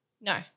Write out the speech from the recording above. No